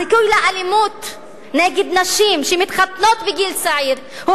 הסיכון של אלימות נגד נשים שמתחתנות בגיל צעיר הוא